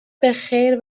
بخیر